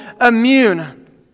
immune